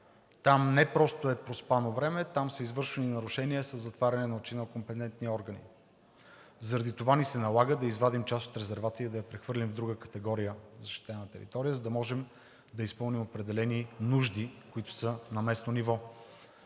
там не просто е проспано време, там са извършвани нарушения със затваряне на очи на компетентни органи. Заради това ни се налага да извадим част от резервата и да я прехвърлим в друга категория защитена територия, за да можем да изпълним определени нужди, които са на местно ниво.